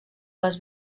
les